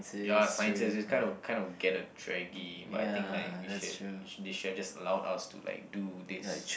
ya Sciences is kind of kind of get the draggy but I think like we should they should have just allow us to like do this